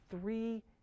three